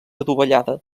adovellada